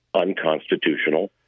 unconstitutional